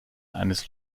eines